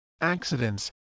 accidents